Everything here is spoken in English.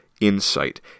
insight